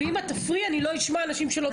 ואם את תפריעי אני לא אשמע אנשים שלא דיברו.